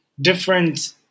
different